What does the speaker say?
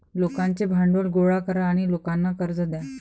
लोकांचे भांडवल गोळा करा आणि लोकांना कर्ज द्या